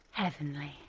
heavenly.